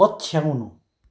पछ्याउनु